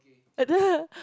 and then